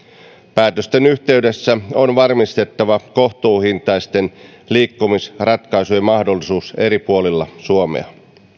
päätösten yhteydessä on varmistettava kohtuuhintaisten liikkumisratkaisujen mahdollisuus eri puolilla suomea